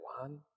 One